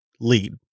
lead